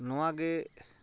ᱱᱚᱣᱟ ᱜᱮ